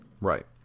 Right